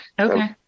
Okay